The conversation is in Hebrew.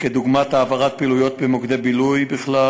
דוגמת העברת פעילויות במוקדי בילוי בכלל